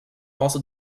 also